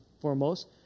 foremost